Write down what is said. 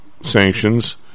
sanctions